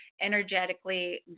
energetically